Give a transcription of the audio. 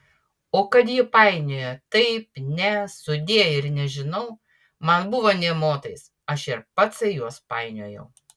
o kad ji painiojo taip ne sudie ir nežinau man buvo nė motais aš ir patsai juos painiojau